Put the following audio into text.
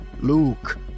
Luke